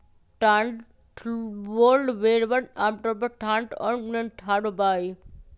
Cotswold भेड़वन आमतौर पर शांत और मिलनसार होबा हई